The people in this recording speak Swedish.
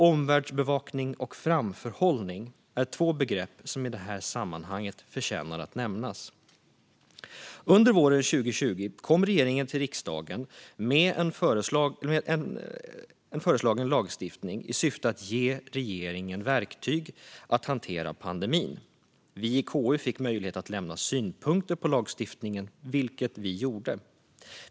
Omvärldsbevakning och framförhållning är två begrepp som i detta sammanhang förtjänar att nämnas. Under våren 2020 kom regeringen till riksdagen med en föreslagen lagstiftning i syfte att ge regeringen verktyg att hantera pandemin. Vi i KU fick möjlighet att lämna synpunkter på lagstiftningen, vilket vi gjorde.